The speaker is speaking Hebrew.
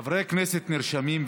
חברי כנסת נרשמים,